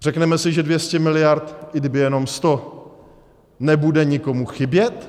Řekněme si, že 200 miliard i kdyby jenom 100 nebude nikomu chybět?